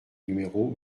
numéro